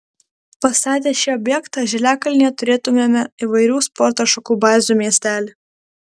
pastatę šį objektą žaliakalnyje turėtumėme įvairių sporto šakų bazių miestelį